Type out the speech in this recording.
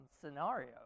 scenario